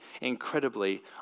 incredibly